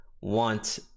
want